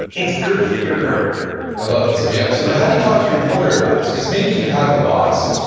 it's good for your career i love it. so yeah so but how do you talk to your employer about this because maybe you have a boss,